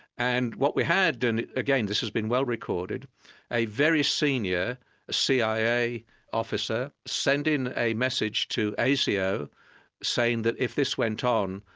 and what we had and again, this has been well-recorded a very senior cia officer sending a message to asio saying that if this went on,